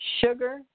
Sugar